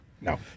No